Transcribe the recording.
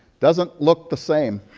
doesn't look the same,